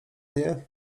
nie